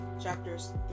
chapters